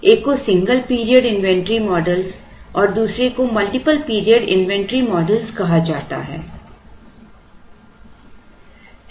एक को single period inventory model और मल्टीपल पीरियड इन्वेंटरी मॉडल कहा जाता है